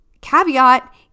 Caveat